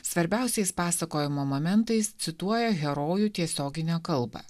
svarbiausiais pasakojimo momentais cituoja herojų tiesioginę kalbą